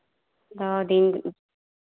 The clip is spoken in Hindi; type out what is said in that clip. दो दिन